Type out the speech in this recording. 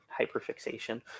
hyperfixation